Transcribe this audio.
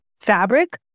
fabric